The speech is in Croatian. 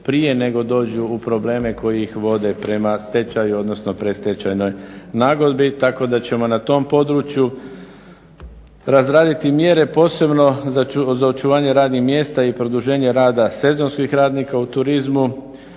prije nego dođu u probleme koji ih vode prema stečaju, odnosno predstečajnoj nagodbi. Tako da ćemo na tom području razraditi mjere posebno za očuvanje radnih mjesta i produženje rada sezonskih radnika u turizmu,